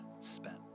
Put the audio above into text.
spent